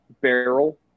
barrel